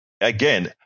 again